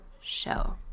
show